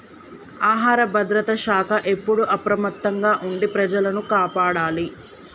ఆహార భద్రత శాఖ ఎప్పుడు అప్రమత్తంగా ఉండి ప్రజలను కాపాడాలి